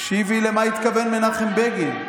תקשיבי למה התכוון מנחם בגין.